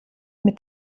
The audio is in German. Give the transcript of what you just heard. mit